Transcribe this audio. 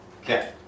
Okay